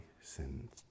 sins